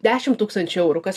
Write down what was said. dešim tūkstančių eurų kas